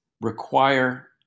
require